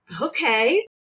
Okay